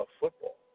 football